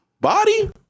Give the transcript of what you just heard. Body